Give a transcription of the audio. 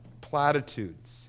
Platitudes